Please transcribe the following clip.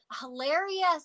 hilarious